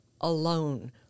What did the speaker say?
alone